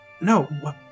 No